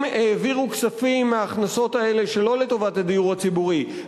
אם העבירו כספים מההכנסות האלה שלא לטובת הדיור הציבורי,